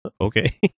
okay